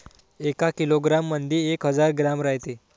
एका किलोग्रॅम मंधी एक हजार ग्रॅम रायते